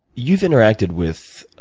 you've interacted with